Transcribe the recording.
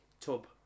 tub